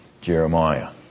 Jeremiah